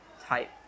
type